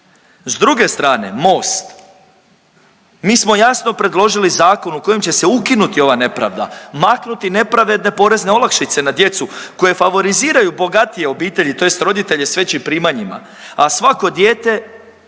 S druge strane Most, mi smo jasno predložili zakon u kojem će se ukinuti ova nepravda, maknuti nepravedne porezne olakšice na djecu koje favoriziraju bogatije obitelji tj. roditelje s većim primanjima, a svako dijete